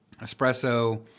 Espresso